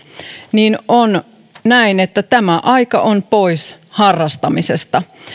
niin on näin että tämä aika on pois harrastamisesta